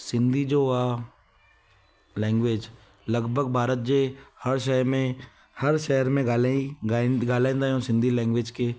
सिंधी जो आहे लैंग्वेज लॻभॻि भारत जे हर शहर में हर शहर में ॻाल्हाई ॻाल्हाईंदा आहियूं सिंधी लैंग्वेज खे